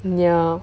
ya